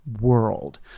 world